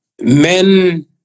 men